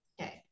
okay